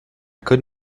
could